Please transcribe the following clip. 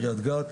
קרית גת,